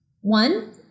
One